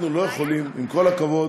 אנחנו לא יכולים, עם כל הכבוד,